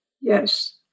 Yes